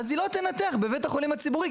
היא לא תנתח בבית החולים הציבורי,